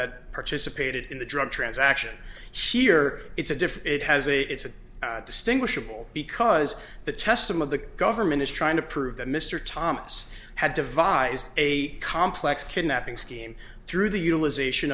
that participated in the drug transaction she or it's a diff it has a it's a distinguishable because the test some of the government is trying to prove that mr thomas had devised a complex kidnapping scheme through the utilization